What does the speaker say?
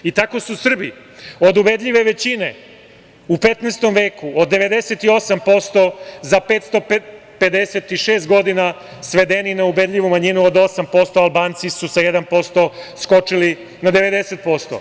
I tako su Srbi od ubedljive većine u 15. veku od 98% za 556 godina svedeni na ubedljivu manjinu od 8%, a Albanci su sa 1% skočili na 90%